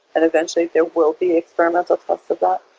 and eventually, there will be experimental tests of that.